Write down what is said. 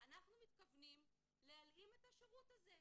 אנחנו מתכוונים להלאים את השירות הזה.